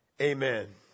Amen